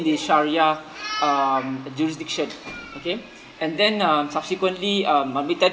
the shariah um jurisdiction okay and then uh subsequently um I mean ten